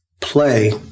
play